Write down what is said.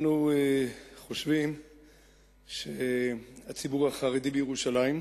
אנחנו חושבים שהציבור החרדי בירושלים,